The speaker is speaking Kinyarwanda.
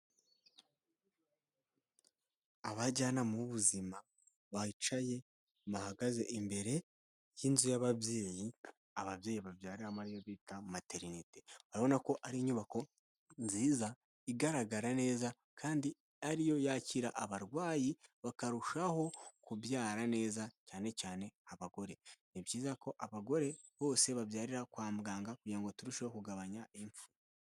Abajyanama b'ubuzima bicaye bahagaze imbere y'inzu y'ababyeyi ababyeyi babyariramo ariyo bita materinite. Urabona ko ari inyubako nziza igaragara neza kandi ariyo yakira abarwayi bakarushaho kubyara neza cyane cyane abagore. Ni byiza ko abagore bose babyarira kwa muganga kugira ngo ngo turusheho kugabanya ipfu.